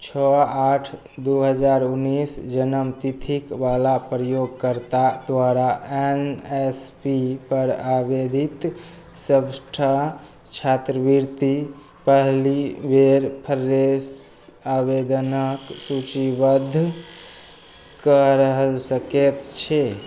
छओ आठ दू हजार उनैस जनमतिथिक बला प्रयोगकर्ता द्वारा एन एस पी पर आवेदित सबटा छात्रवृति पहली बेर फ्रेश आवेदनक सूचीबद्ध कऽ रहल सकैत छी